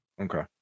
Okay